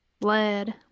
lead